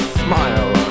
smile